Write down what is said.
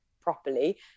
properly